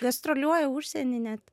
gastroliuoja užsieny net